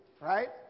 right